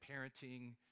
parenting